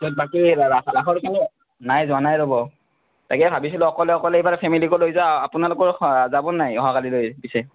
তাৰ পিছত বাকী ৰাসৰ কেনে নাই যোৱা নাই ৰ'ব তাকে ভাবিছিলোঁ অকলে অকলে এইবাৰ ফেমিলিকো লৈ যাওঁ আপোনালোকো যাব নাই অহাকালিলৈ পিছে